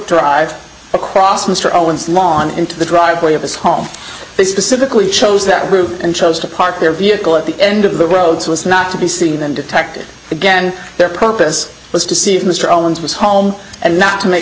drive across mr owens lawn into the driveway of his home they specifically chose that route and chose to park their vehicle at the end of the road so as not to be seeing them detected again their purpose was to see if mr owens was home and not to make